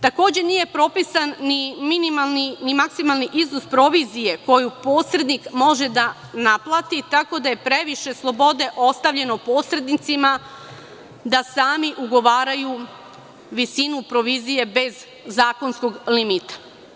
Takođe, nije propisan ni minimalni ni maksimalni iznos provizije koju posrednik može da naplati, tako da je previše slobode ostavljeno posrednicima da sami ugovaraju visinu provizije bez zakonskog limita.